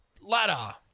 ladder